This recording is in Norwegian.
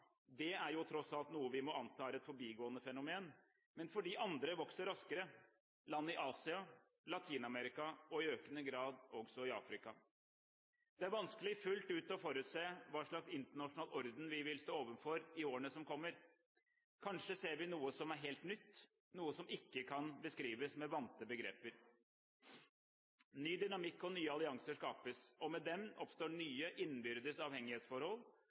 det er jo tross alt noe vi må anta er et forbigående fenomen – men fordi andre vokser raskere: land i Asia, i Latin-Amerika og i økende grad også i Afrika. Det er vanskelig fullt ut å forutse hva slags internasjonal orden vi vil stå overfor i årene som kommer. Kanskje ser vi noe som er helt nytt, noe som ikke kan beskrives med vante begreper. Ny dynamikk og nye allianser skapes, og med dem oppstår nye innbyrdes avhengighetsforhold